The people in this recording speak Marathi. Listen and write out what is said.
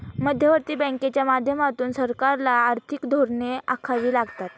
मध्यवर्ती बँकांच्या माध्यमातून सरकारला आर्थिक धोरणे आखावी लागतात